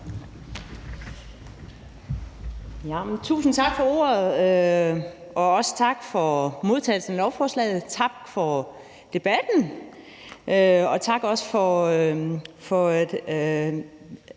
Tusind tak for ordet, og også tak for modtagelsen af lovforslaget, tak for debatten, og tak også til